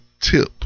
tip